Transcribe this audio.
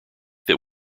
that